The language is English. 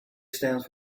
stands